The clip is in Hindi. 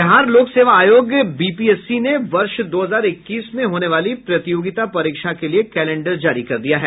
बिहार लोक सेवा आयोग बीपीएससी ने वर्ष दो हजार इक्कीस में होने वाली प्रतियोगिता परीक्षा के लिए कैलेंडर जारी किया है